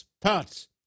parts